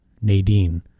Nadine